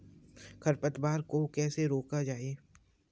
खरपतवार को कैसे रोका जाए?